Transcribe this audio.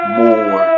more